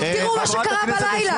תראו מה קרה בלילה.